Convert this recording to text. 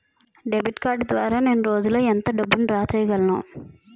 Debit card ద్వారా నేను రోజు లో ఎంత డబ్బును డ్రా చేయగలను?